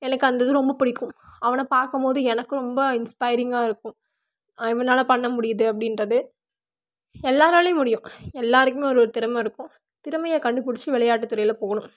எனக்கு அந்த இது ரொம்ப பிடிக்கும் அவனை பார்க்கும் போது எனக்கு ரொம்ப இன்ஸ்பைரிங்கா இருக்கும் இவனால் பண்ண முடியுது அப்படின்றது எல்லோராலையும் முடியும் எல்லோருக்குமே ஒரு ஒரு திறம இருக்கும் திறமையை கண்டு பிடிச்சி விளையாட்டு துறையில் போகணும்